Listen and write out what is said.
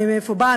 מאיפה היא באה,